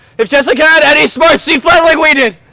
if jessica had any smarts she fled like we did!